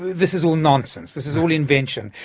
this is all nonsense, this is all invention,